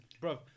Bro